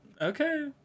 okay